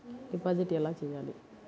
Deposit ఎలా చెయ్యాలి?